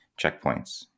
checkpoints